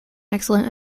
excellent